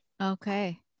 Okay